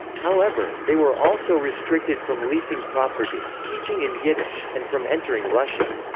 however, they were also restricted from leasing property, teaching in yiddish, and from entering russia.